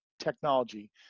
technology